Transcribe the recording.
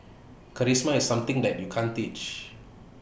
charisma is something that you can't teach